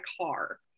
car